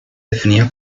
definía